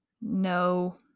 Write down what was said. No